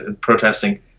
protesting